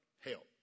help